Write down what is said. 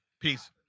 Peace